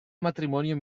matrimonio